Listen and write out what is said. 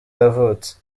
yavutse